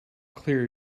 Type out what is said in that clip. clear